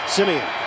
Simeon